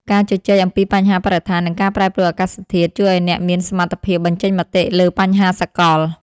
ការជជែកអំពីបញ្ហាបរិស្ថាន និងការប្រែប្រួលអាកាសធាតុ ជួយឱ្យអ្នកមានសមត្ថភាពបញ្ចេញមតិលើបញ្ហាសកល។